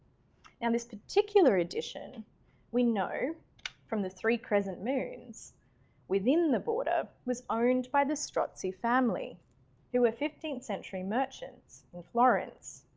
and this particular edition we know from the three crescent moons within the border was owned by the strozzi family who were fifteenth century merchants in florence.